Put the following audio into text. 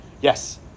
Yes